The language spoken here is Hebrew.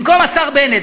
השר בנט,